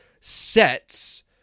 sets